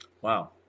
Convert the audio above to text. Wow